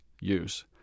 use